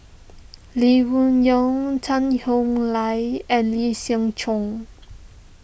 Lee Wung Yew Tan Howe Liang and Lee Siew Choh